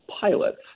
pilots